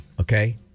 okay